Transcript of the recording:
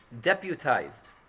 deputized